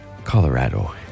Colorado